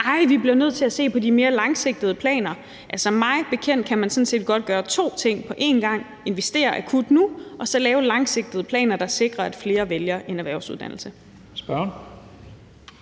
at vi bliver nødt til at se på de mere langsigtede planer. Mig bekendt kan man sådan set godt gøre to ting på én gang, altså investere akut nu og så lave langsigtede planer, der sikrer, at flere vælger en erhvervsuddannelse.